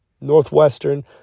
Northwestern